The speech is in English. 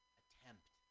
attempt